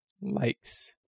likes